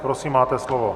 Prosím, máte slovo.